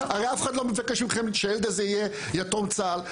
הרי אף אחד לא מבקש מכם שהילד הזה יהיה יתום צה"ל,